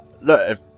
Look